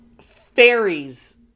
fairies